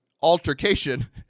altercation